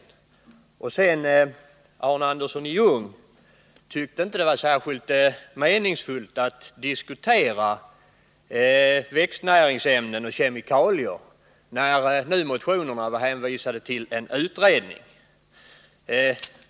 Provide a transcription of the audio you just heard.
Den andra var när Arne Andersson i Ljung inte tyckte att det var särskilt meningsfullt att diskutera växtnäringsämnen och kemikalier när motionerna var hänvisade till en utredning.